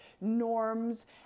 norms